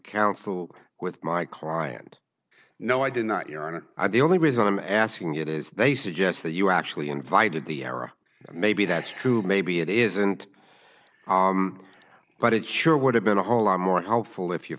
counsel with my client no i did not you know and i the only reason i'm asking it is they suggest that you actually invited the era maybe that's true maybe it isn't but it sure would have been a whole lot more helpful if you